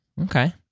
Okay